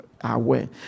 aware